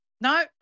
No